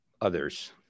others